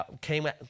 came